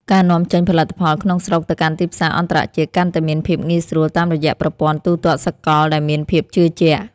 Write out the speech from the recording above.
ការនាំចេញផលិតផលក្នុងស្រុកទៅកាន់ទីផ្សារអន្តរជាតិកាន់តែមានភាពងាយស្រួលតាមរយៈប្រព័ន្ធទូទាត់សកលដែលមានភាពជឿជាក់។